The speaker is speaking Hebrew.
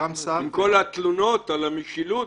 עם כל התלונות על המשילות,